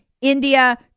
India